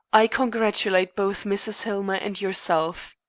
i congratulate both mrs. hillmer and yourself.